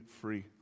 free